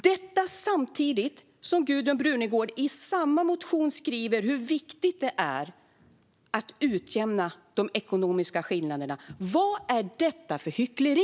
Detta skriver Gudrun Brunegård samtidigt som hon i samma motion skriver hur viktigt det är att utjämna de ekonomiska skillnaderna. Vad är detta för hyckleri?